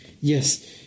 Yes